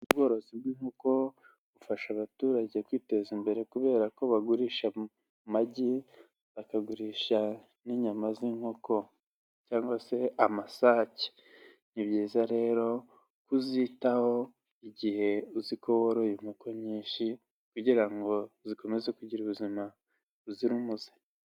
Ubworozi bw'inkoko bufasha abaturage kwiteza imbere kubera ko bagurisha amagi, bakagurisha n'inyama z'inkoko cyangwa se amasake, ni byiza rero kuzitaho igihe uzi ko woroye inkoko nyinshi kugira ngo zikomeze kugira ubuzima buzira umuze.